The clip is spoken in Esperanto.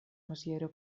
maziero